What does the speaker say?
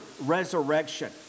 resurrection